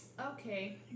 okay